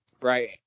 Right